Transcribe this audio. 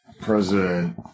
president